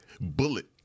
Bullet